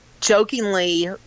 jokingly